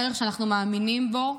ערך שאנחנו מאמינים בו,